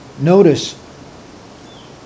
notice